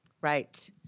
Right